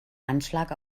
anschlag